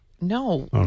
No